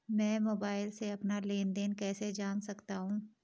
मैं मोबाइल से अपना लेन लेन देन कैसे जान सकता हूँ?